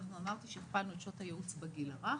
אמרתי שהכפלנו את שעות הייעוץ בגיל הרך,